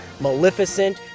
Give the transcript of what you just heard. Maleficent